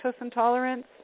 intolerance